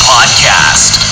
Podcast